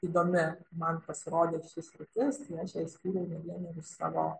įdomi man pasirodė ši sritis ir aš jai skyriau ne vienerius savo